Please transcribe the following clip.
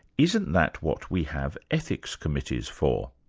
isn't that what we have ethics committees for?